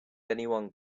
anyone